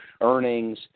earnings